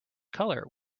color